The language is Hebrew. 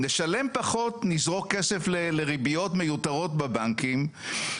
נשלם פחות נזרוק כסף לריביות מיותרות בבנקים,